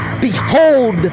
Behold